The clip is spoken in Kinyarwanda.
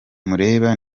mureba